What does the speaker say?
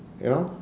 you know